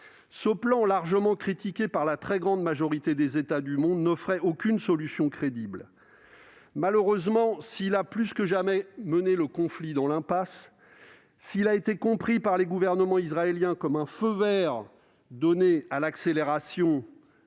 Ce plan, largement critiqué par la très grande majorité des États du monde, n'offrait aucune solution crédible. Malheureusement, s'il a, plus que jamais, mené le conflit dans l'impasse, et a été compris par les gouvernements israéliens successifs comme un feu vert donné à l'accélération